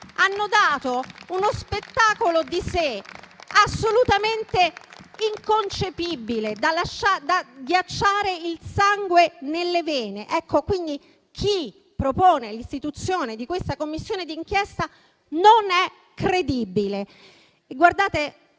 hanno dato uno spettacolo di se stesse assolutamente inconcepibile, da ghiacciare il sangue nelle vene. Chi propone l'istituzione di questa Commissione di inchiesta non è credibile. Qualcuno